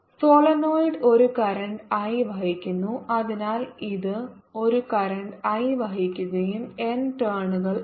solenoid ഒരു current I വഹിക്കുന്നു അതിനാൽ ഇത് ഒരു കറന്റ് I വഹിക്കുകയും N ടേണുകൾ ഉണ്ട്